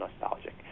nostalgic